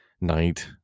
night